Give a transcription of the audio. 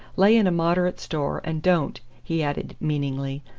lay in a moderate store, and don't, he added meaningly,